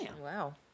Wow